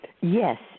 Yes